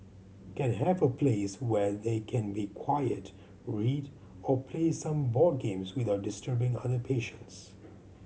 can have a place where they can be quiet read or play some board games without disturbing other patients